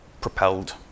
propelled